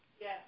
Yes